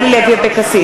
נגד אורלי לוי אבקסיס,